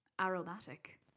aromatic